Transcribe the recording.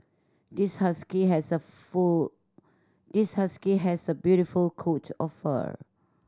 this husky has a full this husky has a beautiful coat of fur